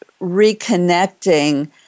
reconnecting